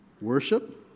Worship